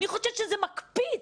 זה מקפיץ.